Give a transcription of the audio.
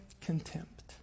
contempt